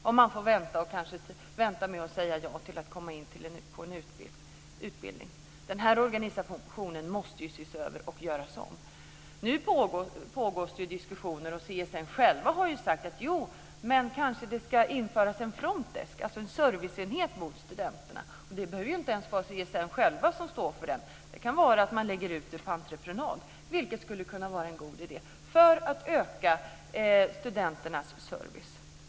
Då har man fått vänta, och kanske vänta med att säga ja till att komma in på en utbildning. Denna organisation måste ses över och göras om. Nu pågår diskussioner, och CSN själv har sagt att det kanske ska införas en front desk, dvs. en serviceenhet för studenterna. Det behöver inte ens vara CSN själv som står för den. Man kan lägga ut den på entreprenad, vilket skulle kunna vara en god idé för att öka studenternas service.